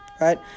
Right